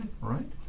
right